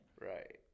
Right